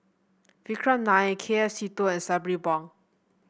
Vikram Nair K F Seetoh and Sabri Buang